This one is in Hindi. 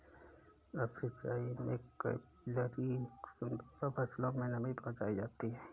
अप सिचाई में कैपिलरी एक्शन द्वारा फसलों में नमी पहुंचाई जाती है